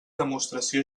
demostració